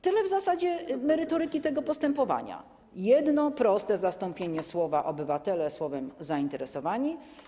Tyle w zasadzie, jeśli chodzi o merytorykę tego postępowania - jedno proste zastąpienie słowa „obywatele” słowem „zainteresowani”